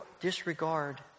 disregard